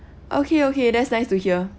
okay okay that's nice to hear